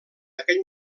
aquell